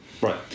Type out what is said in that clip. Right